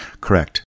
correct